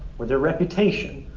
or their reputation,